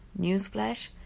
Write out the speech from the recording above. newsflash